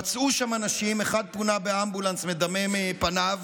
פצעו שם אנשים, אחד פונה באמבולנס מדמם מפניו.